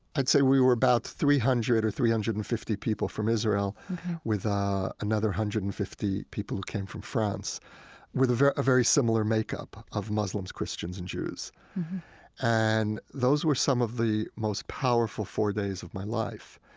i'd say we were about three hundred or three hundred and fifty people from israel with ah another one hundred and fifty people who came from france with a very very similar makeup of muslims, christians and jews and those were some of the most powerful four days of my life.